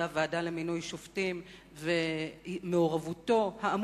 את חברי הוועדה למינוי שופטים.